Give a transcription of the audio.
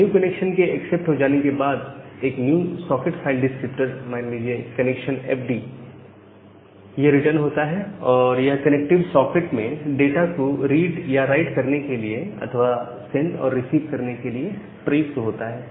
new connection के accept हो जाने के बाद एक न्यू सॉकेट फाइल डिस्क्रिप्टर मान लीजिए कनेक्शन एफ डी यह रिटर्न होता है और यह कनेक्टिव सॉकेट में डाटा को रीड या राइट करने के लिए अथवा सेंड और रिसीव करने के लिए प्रयुक्त होता है